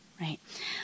Right